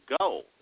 go